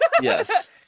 yes